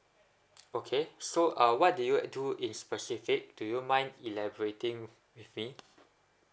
okay so uh what do you do in specific do you mind elaborating with me